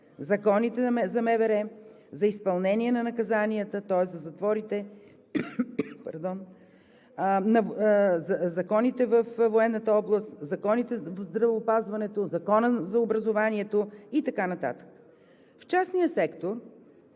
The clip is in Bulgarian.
законите за МВР, за изпълнение на наказанията, тоест за затворите, законите във военната област, законите в здравеопазването, Законът за образованието и така нататък. В частния сектор